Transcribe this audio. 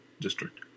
district